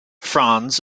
franz